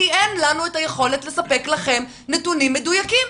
כי אין לנו את היכולת לספק לכם נתונים מדויקים.